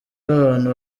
abantu